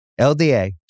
LDA